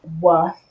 worth